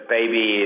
Baby